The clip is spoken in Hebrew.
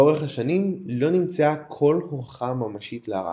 לאורך השנים לא נמצאה כל הוכחה ממשית להרעלה.